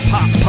Pop